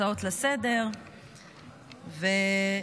הצעות לסדר-היום.